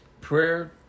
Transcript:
Prayer